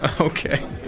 Okay